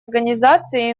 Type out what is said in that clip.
организации